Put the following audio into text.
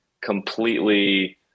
completely